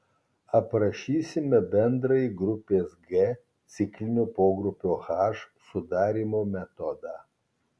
aprašysime bendrąjį grupės g ciklinio pogrupio h sudarymo metodą